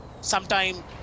sometime